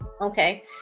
okay